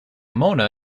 mona